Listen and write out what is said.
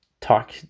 Talk